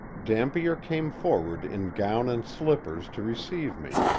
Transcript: dampier came forward in gown and slippers to receive me,